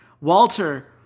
Walter